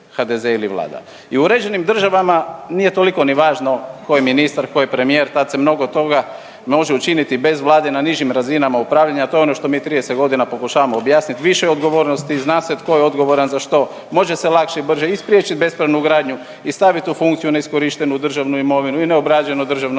HDZ ili Vlada. I u uređenim državama nije toliko ni važno tko je ministar, tko je premijer, tad se mnogo toga može učiniti bez Vlade na nižim razinama upravljanja, to je ono što mi 30 godina pokušavamo objasniti, više odgovornosti, zna se tko je odgovoran za što, može se lakše, brže i spriječiti bespravnu gradnju i stavit u funkciju neiskorištenu državnu imovinu i neobrađeno državno